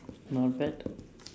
noted